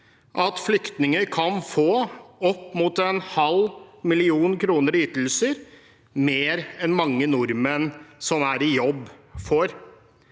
at flyktninger kan få opp mot en halv million kroner i ytelser – mer enn mange nordmenn som er i jobb, får.